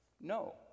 No